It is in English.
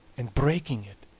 and breaking it,